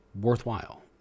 worthwhile